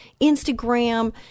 Instagram